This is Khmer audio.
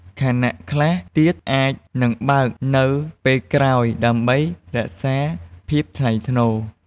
ខណៈខ្លះទៀតអាចនឹងបើកនៅពេលក្រោយ ដើម្បីរក្សាភាពថ្លៃថ្នូរ។